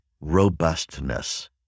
robustness